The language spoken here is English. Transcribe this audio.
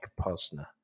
posner